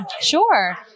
sure